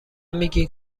میگی